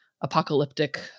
apocalyptic